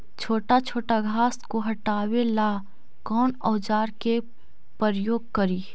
छोटा छोटा घास को हटाबे ला कौन औजार के प्रयोग करि?